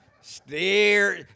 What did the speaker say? Steer